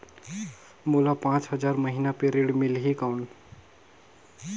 मोला पांच हजार महीना पे ऋण मिलही कौन?